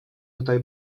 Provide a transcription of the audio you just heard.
tutaj